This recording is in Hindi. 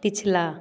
पिछला